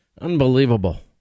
Unbelievable